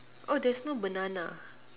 oh there's no banana